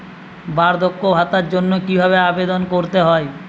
বার্ধক্য ভাতার জন্য কিভাবে আবেদন করতে হয়?